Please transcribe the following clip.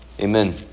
Amen